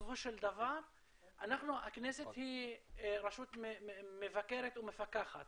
בסופו של דבר הכנסת היא רשות מבקרת ומפקחת